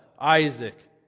Isaac